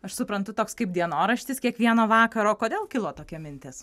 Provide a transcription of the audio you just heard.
aš suprantu toks kaip dienoraštis kiekvieno vakaro kodėl kilo tokia mintis